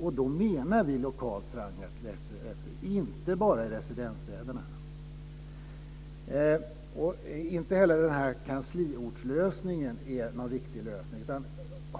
Och då menar vi lokalt förankrat rättsliv, inte bara i residensstäderna. Inte heller den här kansliortslösningen är någon riktig lösning.